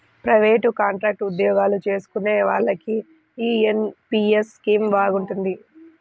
private, contract ఉద్యోగాలు చేసుకునే వాళ్లకి యీ ఎన్.పి.యస్ స్కీమ్ బాగుంటది